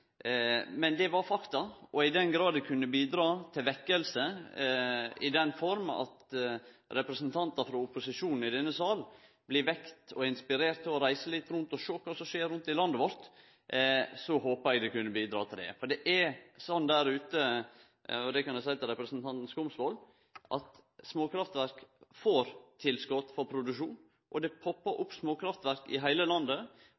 Men det var fakta, og i den grad det kunne bidra til vekking – i form av at representantar frå opposisjonen i denne salen blir vekte og inspirerte til å reise litt rundt for å sjå kva som skjer rundt i landet vårt – håper eg det. Det er sånn der ute – det kan eg seie til representanten Skumsvoll – at småkraftverk får tilskot for produksjon. Det poppar opp småkraftverk i heile landet.